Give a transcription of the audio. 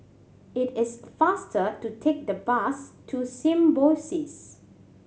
it is faster to take the bus to Symbiosis